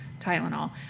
Tylenol